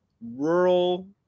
rural